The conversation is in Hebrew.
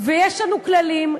ויש לנו כללים,